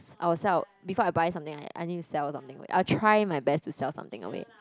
I will sell before I buy something I I need to sell something like I will try my best to sell something away